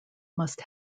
must